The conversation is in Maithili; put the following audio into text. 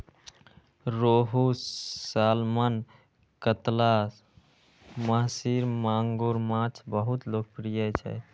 रोहू, सालमन, कतला, महसीर, मांगुर माछ बहुत लोकप्रिय छै